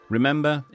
Remember